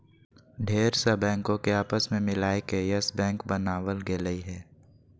ढेर सा बैंको के आपस मे मिलाय के यस बैक बनावल गेलय हें